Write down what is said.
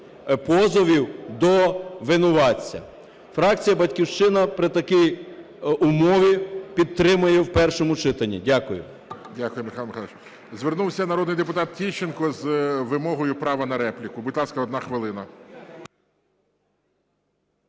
позовів до винуватця. Фракція "Батьківщина" при такій умові підтримає в першому читанні. Дякую. ГОЛОВУЮЧИЙ. Дякую, Михайло Михайлович. Звернувся народний депутат Тищенко з вимогою права на репліку. Будь ласка, одна хвилина.